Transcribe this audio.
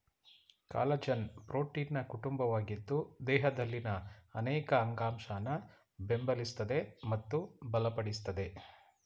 collagen ಪ್ರೋಟೀನ್ನ ಕುಟುಂಬವಾಗಿದ್ದು ದೇಹದಲ್ಲಿನ ಅನೇಕ ಅಂಗಾಂಶನ ಬೆಂಬಲಿಸ್ತದೆ ಮತ್ತು ಬಲಪಡಿಸ್ತದೆ